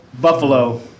Buffalo